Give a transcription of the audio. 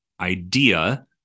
idea